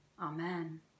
Amen